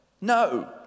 No